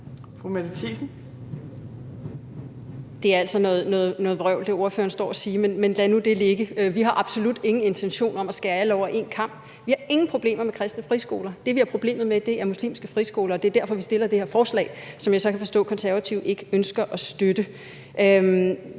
Det er altså noget vrøvl, hvad ordføreren står og siger, men lad nu det ligge. Vi har absolut ingen intentioner om at skære alle over én kam. Vi har ingen problemer med kristne friskoler. Det, vi har problemer med, er muslimske friskoler, og det er derfor, vi har fremsat det her forslag, som jeg så kan forstå at Konservative ikke ønsker at støtte.